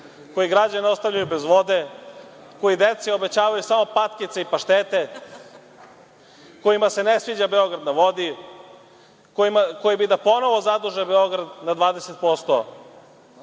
koji građane ostavljaju bez vode, koji deci obećavaju samo patkice i paštete, kojima se ne sviđa „Beograd na vodi“, koji bi da ponovo zaduže Beograd za 20%,